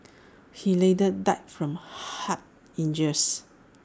he later died from Head injuries